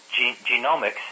genomics